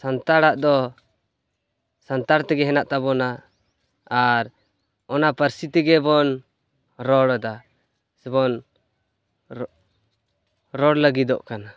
ᱥᱟᱱᱛᱟᱲᱟᱜ ᱫᱚ ᱥᱟᱱᱛᱟᱲ ᱛᱮᱜᱮ ᱦᱮᱱᱟᱜ ᱛᱟᱵᱚᱱᱟ ᱟᱨ ᱚᱱᱟ ᱯᱟᱨᱥᱤ ᱛᱮᱜᱮᱵᱚᱱ ᱨᱚᱲᱮᱫᱟ ᱥᱮ ᱵᱚᱱ ᱨᱚᱲ ᱞᱟᱹᱜᱤᱫᱚᱜ ᱠᱟᱱᱟ